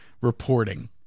reporting